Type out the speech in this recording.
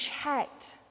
checked